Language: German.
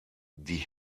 die